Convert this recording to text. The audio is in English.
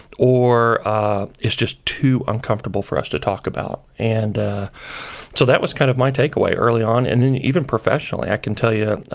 or it's just too uncomfortable for us to talk about. and so that was kind of my takeaway early on. and then even professionally, i can tell you,